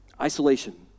Isolation